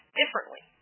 differently